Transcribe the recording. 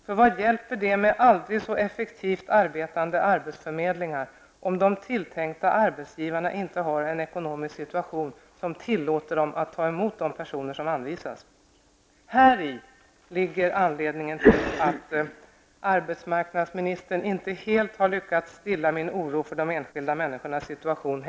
För vad hjälper det med aldrig så effektivt arbetande arbetsförmedlingar, om de tilltänkta arbetsgivarna inte har en ekonomisk situation som tillåter dem att ta emot de personer som anvisas? Häri ligger anledningen till att arbetsmarknadsministern inte helt har lyckats stilla min oro för de enskilda människornas situation.